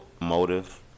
motive